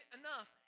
enough